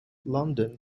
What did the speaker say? london